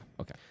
Okay